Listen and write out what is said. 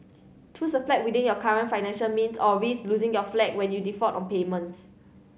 choose a flat within your current financial means or risk losing your flat when you default on payments